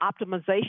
optimization